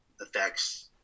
affects